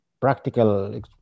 practical